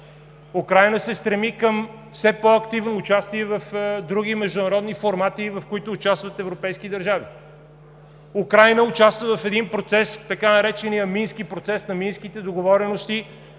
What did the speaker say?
Украйна се стреми към все по-активно участие в други международни формати, в които участват европейски държави. Украйна участва в един процес, така наречения Мински процес – на Минските договорености,